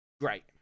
great